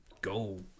go